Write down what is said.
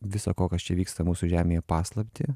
visa ko kas čia vyksta mūsų žemėje paslaptį